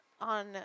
on